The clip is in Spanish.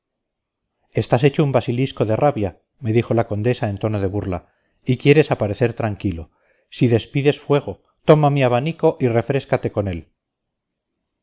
estás hecho un basilisco de rabia me dijo la condesa en tono de burla y quieres aparecer tranquilo si despides fuego toma mi abanico y refréscate con él